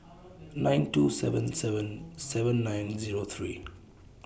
nine two seven seven seven nine Zero three